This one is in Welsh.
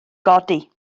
godi